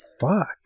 fuck